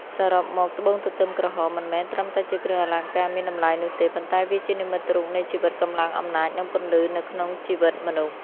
សរុបមក ត្បូងទទឹម ក្រហម មិនមែនត្រឹមតែជាគ្រឿងអលង្ការមានតម្លៃនោះទេ ប៉ុន្តែវាជានិមិត្តរូបនៃជីវិត កម្លាំង អំណាច និងពន្លឺ នៅក្នុងជីវិតមនុស្ស។